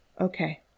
Okay